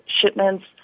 shipments